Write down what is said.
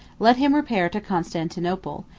let him repair to constantinople,